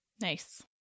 Nice